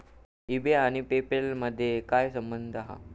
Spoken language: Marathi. ई बे आणि पे पेल मधे काय संबंध हा?